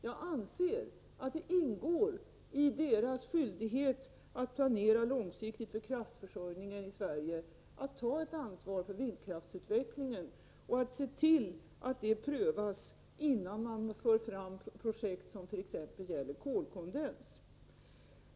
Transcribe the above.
Jag anser att det ingår i deras skyldighet att planera långsiktigt för kraftförsörjningen i Sverige, att ta ett ansvar för vindkraftsutvecklingen och se till att vindkraften prövas innan man för fram projekt som gäller t.ex. kolkondens.